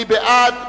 מי בעד?